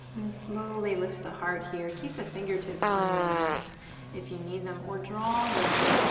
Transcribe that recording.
slowly lift the heart here. keep the fingertips on your mat if you need them, or draw them,